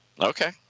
Okay